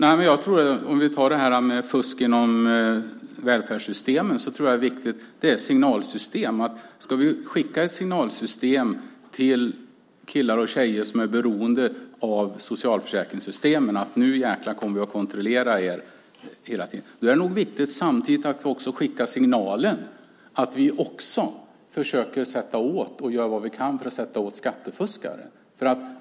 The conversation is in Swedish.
Fru talman! När det gäller fusk inom välfärdssystemen handlar det om vilka signaler vi skickar. Ska vi skicka signalen till killar och tjejer som är beroende av socialförsäkringssystemen att nu jäklar kommer vi att kontrollera dem hela tiden, är det nog viktigt att samtidigt skicka signalen att vi försöker göra vad vi kan för att komma åt skattefuskare.